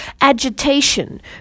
agitation